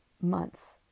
months